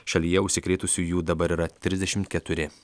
šalyje užsikrėtusiųjų dabar yra trisdešimt keturi